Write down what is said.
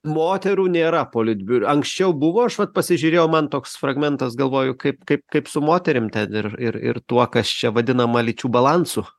moterų nėra politbiure anksčiau buvo aš vat pasižiūrėjau man toks fragmentas galvoju kaip kaip kaip su moterim ten ir ir ir tuo kas čia vadinama lyčių balansu